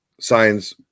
signs